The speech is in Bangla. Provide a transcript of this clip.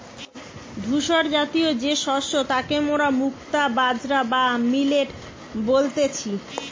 ধূসরজাতীয় যে শস্য তাকে মোরা মুক্তা বাজরা বা মিলেট বলতেছি